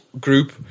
group